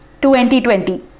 2020